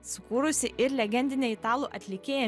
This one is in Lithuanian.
sukūrusi ir legendinė italų atlikėja